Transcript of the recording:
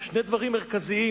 שני דברים מרכזיים